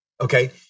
Okay